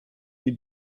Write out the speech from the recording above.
die